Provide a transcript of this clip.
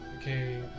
Okay